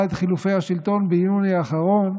עד חילופי השלטון ביוני האחרון,